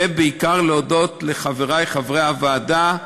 ובעיקר להודות לחברי חברי הוועדה,